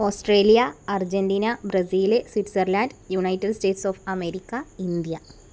Australia Argentina Brazil Switzerland United States of America India